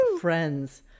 friends